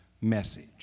message